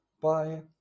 Bye